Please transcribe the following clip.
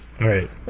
right